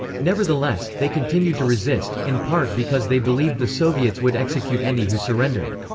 nevertheless, they continued to resist, in part because they believed the soviets would execute any who surrendered.